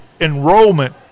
enrollment